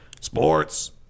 sports